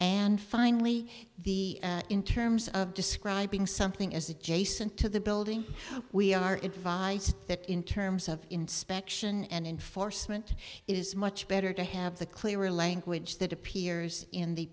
and finally the in terms of describing something as adjacent to the building we are in five that in terms of inspection and enforcement it is much better to have the clearer language that appears in the